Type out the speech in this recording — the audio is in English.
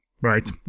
Right